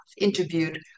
interviewed